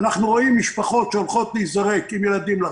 אנחנו רואים משפחות עם ילדים שהולכות להיזרק לרחוב,